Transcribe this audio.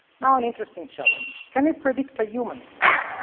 now, an interesting challenge can we predict a human face?